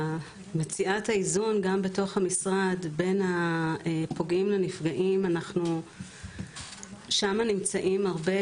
מציאת האיזון גם בתוך המשרד בין הפוגעים לנפגעים אנחנו שם נמצאים הרבה,